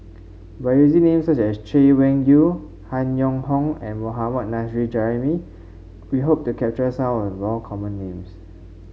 by using names such as Chay Weng Yew Han Yong Hong and Mohammad Nurrasyid Juraimi we hope to capture some of the common names